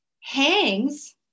hangs